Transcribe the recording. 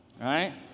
right